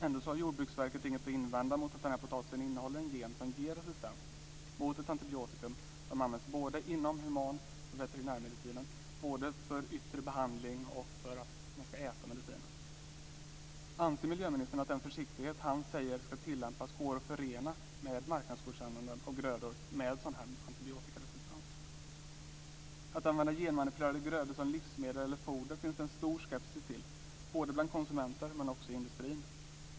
Ändå har Jordbruksverket inget att invända mot att den här potatisen innehåller en gen som ger resistens mot ett antibiotikum som används både inom human och veterinärmedicinen för både yttre behandling och för intag av medicinen. Anser miljöministern att den försiktighet som han säger ska tillämpas går att förena med marknadsgodkännanden av grödor med sådan här antibiotikaresistens? Att använda genmanipulerade grödor som livsmedel eller foder finns det en stor skepsis till bland konsumenter men också inom industrin.